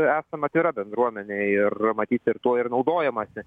esam atvira bendruomenė ir matyt ir tuo ir naudojamasi